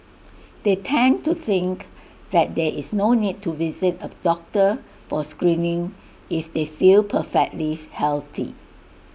they tend to think that there is no need to visit A doctor for screening if they feel perfectly healthy